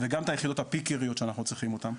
וגם את היחידות הפיקריות שאנחנו צריכים אותם,